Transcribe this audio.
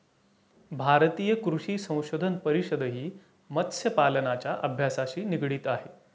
भारतीय कृषी संशोधन परिषदही मत्स्यपालनाच्या अभ्यासाशी निगडित आहे